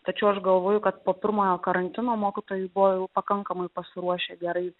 tačiau aš galvoju kad po pirmojo karantino mokytojai buvo jau pakankamai pasiruošę gerai